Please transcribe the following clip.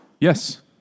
Yes